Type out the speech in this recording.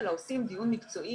עושים דיון מקצועי,